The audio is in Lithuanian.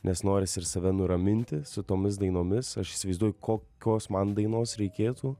nes norisi ir save nuraminti su tomis dainomis aš įsivaizduoju kokios man dainos reikėtų